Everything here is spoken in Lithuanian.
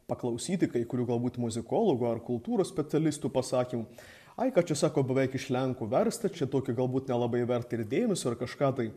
paklausyti kai kurių galbūt muzikologų ar kultūros specialistų pasakymų ai ką čia sako beveik iš lenkų versta čia tokie galbūt nelabai verta ir dėmesio ar kažką tai